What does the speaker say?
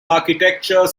architecture